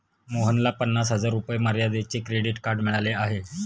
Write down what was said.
मोहनला पन्नास हजार रुपये मर्यादेचे क्रेडिट कार्ड मिळाले आहे